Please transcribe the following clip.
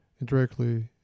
indirectly